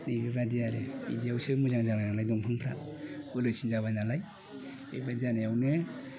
इफोरबायदि आरो बिदियावसो मोजां जानाय नालाय दंफांफ्रा बोलोसिन जाबाय नालाय बेबादि जानायावनो